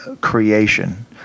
creation